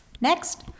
Next